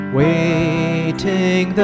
waiting